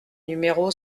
numéro